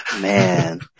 Man